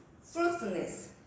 fruitfulness